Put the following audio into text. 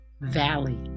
valley